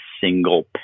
single